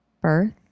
birth